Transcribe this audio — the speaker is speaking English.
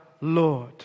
Lord